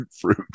fruit